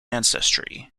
ancestry